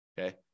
Okay